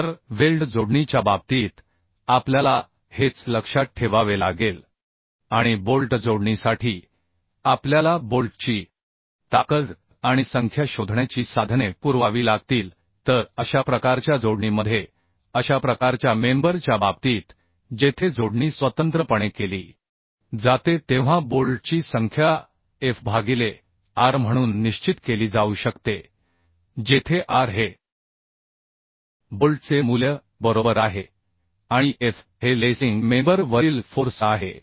तर वेल्ड जोडणीच्या बाबतीत आपल्याला हेच लक्षात ठेवावे लागेल आणि बोल्ट जोडणीसाठी आपल्याला बोल्टची ताकद आणि संख्या शोधण्याची साधने पुरवावी लागतील तर अशा प्रकारच्या जोडणीमध्ये अशा प्रकारच्या मेंबर च्या बाबतीत जेथे जोडणी स्वतंत्रपणे केली जाते तेव्हा बोल्टची संख्या F भागिले R म्हणून निश्चित केली जाऊ शकते जेथे R हे बोल्टचे मूल्य बरोबर आहे आणि F हे लेसिंग मेंबर वरील फोर्स आहे